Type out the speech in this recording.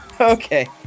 Okay